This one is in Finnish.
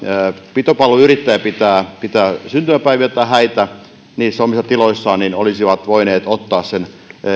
pitopalveluyrittäjät pitävät syntymäpäiviä tai häitä niissä omissa tiloissaan he olisivat voineet ottaa sen